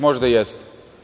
Možda jeste.